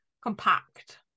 Compact